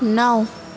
नौ